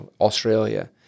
Australia